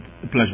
pleasure